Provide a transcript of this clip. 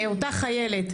אותה חיילת,